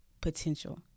potential